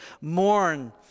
Mourn